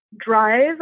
drive